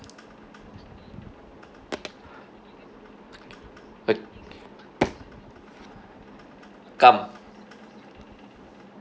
o~ come